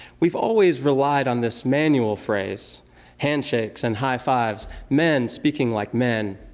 we've always relied on this manual phrase handshakes and high-fives, men speaking like men.